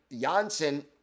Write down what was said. Janssen